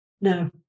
No